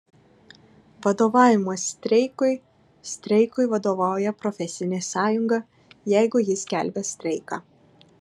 vadovavimas streikui streikui vadovauja profesinė sąjunga jeigu ji skelbia streiką